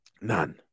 None